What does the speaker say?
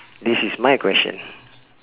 this is my question